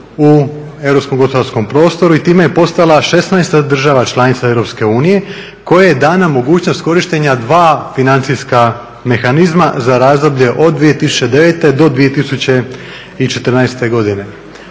u europskom gospodarskom prostoru i time je postala 16. država članica EU kojoj je dana mogućnost korištenja dva financijska mehanizma za razdoblje od 2009. do 2014. godine.